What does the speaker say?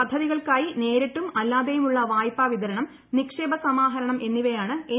പദ്ധതികൾക്കായി നേരിട്ടും അല്ലാതെയുമുള്ള വായ്പാ വിതരണം നിക്ഷേപ സമാഹരണം എന്നിവയാണ് എൻ